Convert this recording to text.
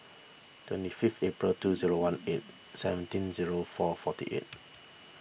twenty fifth April two zero one eight seventeen zero four forty eight